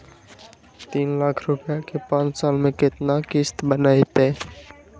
तीन लाख रुपया के पाँच साल के केतना किस्त बनतै?